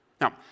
Now